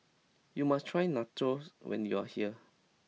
you must try Nachos when you are here